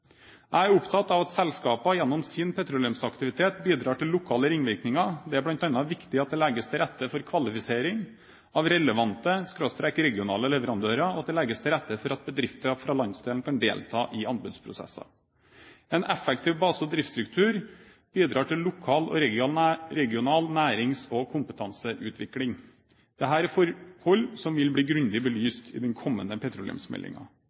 Jeg er opptatt av at selskapene gjennom sin petroleumsaktivitet bidrar til lokale ringvirkninger. Det er bl.a. viktig at det legges til rette for kvalifisering av relevante/regionale leverandører, og at det legges til rette for at bedrifter fra landsdelen kan delta i anbudsprosesser. En effektiv base- og driftsstruktur bidrar til lokal og regional nærings- og kompetanseutvikling. Dette er forhold som vil bli grundig